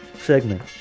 segment